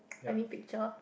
I mean picture